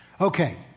Okay